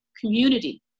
community